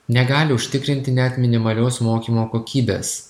negali užtikrinti net minimalios mokymo kokybės